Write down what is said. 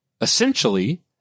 essentially